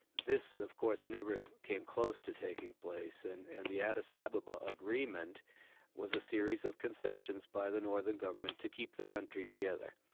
this of course never came close to taking place and and the addis ababa agreement was a series of concessions by the northern government to keep the country together.